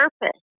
purpose